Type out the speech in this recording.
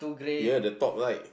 here the top light